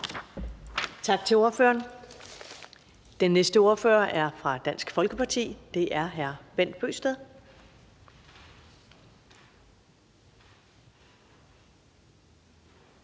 Tak. Den næste ordfører er fra Dansk Folkeparti, og det er hr. Bent Bøgsted.